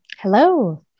Hello